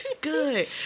Good